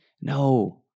No